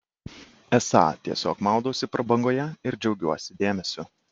esą tiesiog maudausi prabangoje ir džiaugiuosi dėmesiu